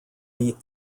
beat